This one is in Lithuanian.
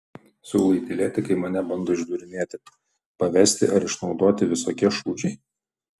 siūlai tylėti kai mane bando išdūrinėti pavesti ar išnaudoti visokie šūdžiai